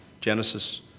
Genesis